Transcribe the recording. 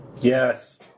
Yes